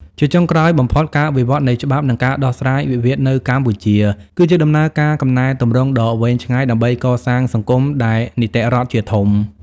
ជាចុងក្រោយបំផុត ការវិវត្តនៃច្បាប់ និងការដោះស្រាយវិវាទនៅកម្ពុជា គឺជាដំណើរការកំណែទម្រង់ដ៏វែងឆ្ងាយ ដើម្បីកសាងសង្គមដែលនីតិរដ្ឋជាធំ។